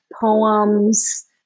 poems